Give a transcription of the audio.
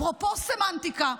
אפרופו סמנטיקה,